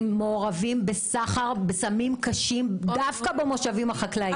מעורבים בסחר בסמים קשים דווקא במושבים החקלאיים.